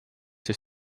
siis